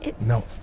No